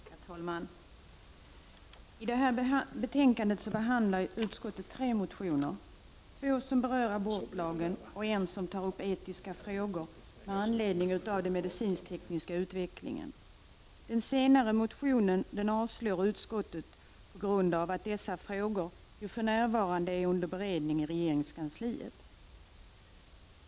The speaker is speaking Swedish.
Herr talman! I föreliggande betänkande behandlar utskottet tre motioner, två som berör abortlagen och en som tar upp etiska frågor med anledning av den medicinsk-tekniska utvecklingen. Den senare motionen avstyrker utskottet på grund av att berörda frågor för närvarande är under beredning i regeringskansliet.